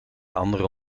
andere